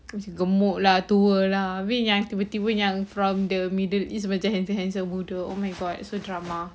macam gemuk lah tua lah habis yang tiba-tiba from the middle east macam handsome handsome betul oh my god so drama